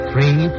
Three